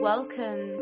Welcome